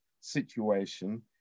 situation